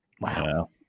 wow